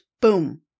Boom